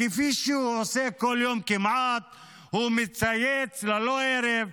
כפי שהוא עושה כמעט בכל יום, הוא מצייץ ללא הרף: